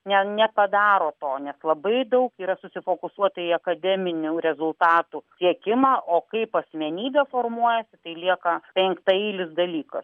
ne nepadaro to nes labai daug yra susifokusuota į akademinių rezultatų siekimą o kaip asmenybė formuojasi tai lieka penktaeilis dalykas